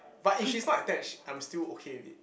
but if she's not attached I'm still okay a bit